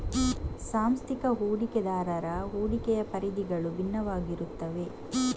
ಸಾಂಸ್ಥಿಕ ಹೂಡಿಕೆದಾರರ ಹೂಡಿಕೆಯ ಪರಿಧಿಗಳು ಭಿನ್ನವಾಗಿರುತ್ತವೆ